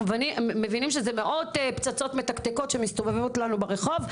אנחנו מבינים שזה מאות פצצות מתקתקות שמסתובבות לנו ברחוב.